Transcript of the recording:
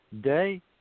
day